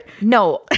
No